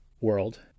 world